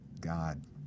God